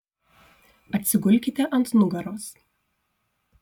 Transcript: atsigulkite ant nugaros